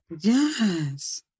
Yes